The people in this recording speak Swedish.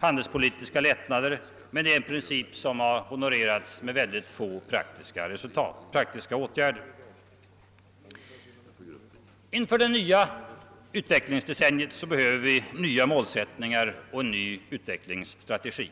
handelspolitiska lättnader, men denna princip har honorerats med mycket få praktiska åtgärder. Inför det nya utvecklingsdecenniet behöver vi nya målsättningar och en ny utvecklingsstrategi.